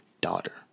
daughter